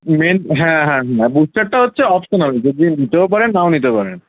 main হ্যাঁ হ্যাঁ হ্যাঁ বুস্টারটা হচ্ছে অপশনাল যদি নিতেও পারেন নাও নিতে পারেন